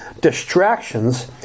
distractions